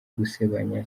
gusebanya